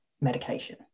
medication